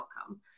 outcome